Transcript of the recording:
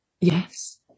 Yes